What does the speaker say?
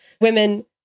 Women